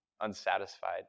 unsatisfied